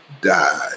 died